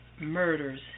murders